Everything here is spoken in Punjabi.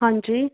ਹਾਂਜੀ